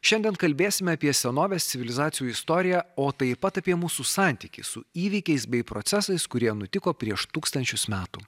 šiandien kalbėsime apie senovės civilizacijų istoriją o taip pat apie mūsų santykį su įvykiais bei procesais kurie nutiko prieš tūkstančius metų